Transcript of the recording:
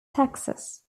texas